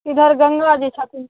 इधर गङ्गा जी छथिन